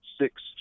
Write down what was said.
six